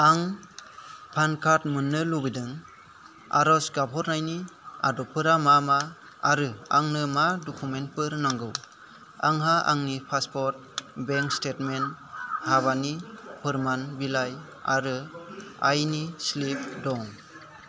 आं PAN card मोननो लुबैदों आर'ज गाबहरनायनि आदबफोरा मा मा आरो आंनो मा डकुमेन्टफोर नांगौ आंहा आंनि पासपर्ट बेंक स्टेटमेन्ट हाबानि फोरमान बिलाइ आरो आइनि स्लिप दं